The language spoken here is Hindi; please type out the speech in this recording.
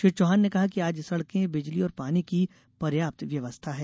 श्री चौहान ने कहा कि आज सड़कें बिजली और पानी की पर्याप्त व्यवस्था है